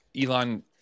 Elon